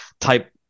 type